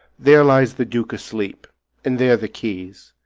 there lies the duke asleep and there the keys